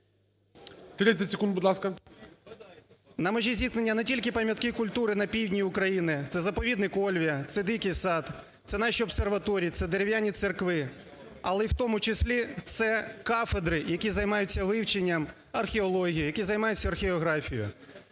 На межі зіткнення не тільки пам'ятки культури на Півдні України – це заповідник Ольвія, це Дикий Сад, це наші обсерваторії, це дерев'яні церкви. Але і в тому числі це кафедри, які займаються вивченням археології, які займаються археографією.